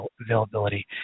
availability